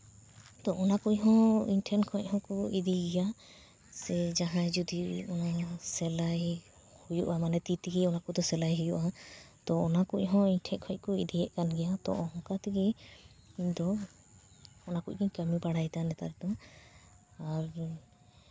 ᱛᱳ ᱚᱱᱟ ᱠᱚ ᱦᱚᱸ ᱤᱧ ᱴᱷᱮᱱ ᱠᱷᱚᱱ ᱦᱚᱸᱠᱚ ᱤᱫᱤᱭ ᱜᱮᱭᱟ ᱥᱮ ᱡᱟᱦᱟᱸᱭ ᱡᱩᱫᱤ ᱚᱱᱟ ᱥᱮᱞᱟᱭ ᱦᱩᱭᱩᱜᱼᱟ ᱢᱟᱱᱮ ᱛᱤ ᱛᱮᱜᱮ ᱚᱱᱟ ᱠᱚᱫᱚ ᱥᱮᱞᱟᱭ ᱦᱩᱭᱩᱜᱼᱟ ᱛᱳ ᱚᱱᱟ ᱠᱚ ᱦᱚᱸ ᱤᱧ ᱴᱷᱮᱱ ᱠᱷᱚᱱ ᱠᱚ ᱤᱫᱤᱭᱮᱫ ᱠᱟᱱ ᱜᱮᱭᱟ ᱛᱚ ᱚᱱᱠᱟ ᱛᱮᱜᱮ ᱤᱧ ᱫᱚ ᱚᱱᱟ ᱠᱚ ᱜᱤᱧ ᱠᱟᱹᱢᱤ ᱵᱟᱲᱟᱭᱮᱫᱟ ᱱᱮᱛᱟᱨ ᱫᱚ ᱟᱨ